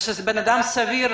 ושבן אדם סביר,